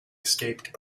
escaped